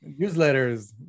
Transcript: newsletters